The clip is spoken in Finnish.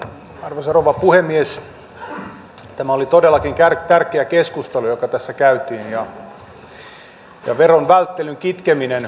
arvoisa rouva puhemies tämä oli todellakin tärkeä keskustelu joka tässä käytiin verovälttelyn kitkeminen